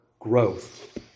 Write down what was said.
Growth